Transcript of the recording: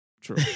True